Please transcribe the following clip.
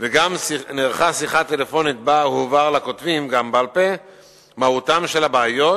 וגם נערכה שיחה טלפונית שבה הובהרה לכותבים גם בעל-פה מהותן של הבעיות.